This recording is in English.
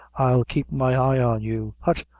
i'll keep my eye on you. hut,